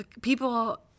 people –